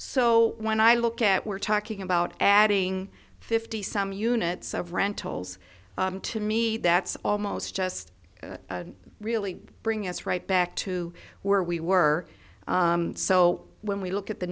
so when i look at we're talking about adding fifty some units of rentals to me that's almost just really bringing us right back to where we were so when we look at the